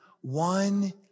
one